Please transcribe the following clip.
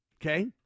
Okay